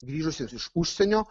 grįžusius iš užsienio